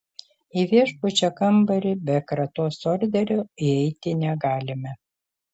į viešbučio kambarį be kratos orderio įeiti negalime